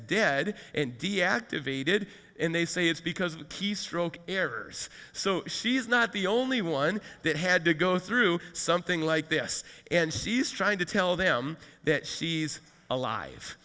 dead and deactivated and they say it's because of the key stroke errors so she is not the only one that had to go through something like this and she's trying to tell them that she's alive